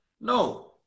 No